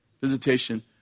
visitation